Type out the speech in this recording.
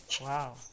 Wow